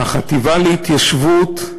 החטיבה להתיישבות,